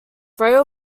frail